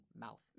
mouth